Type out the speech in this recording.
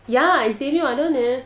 ya I tell you அவன்:avan